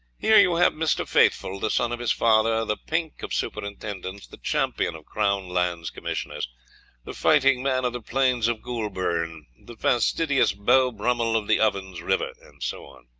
here you have mr. faithful the son of his father the pink of superintendents the champion of crown lands commissioners the fighting man of the plains of goulburn the fastidious beau brummel of the ovens river, and so on.